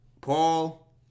Paul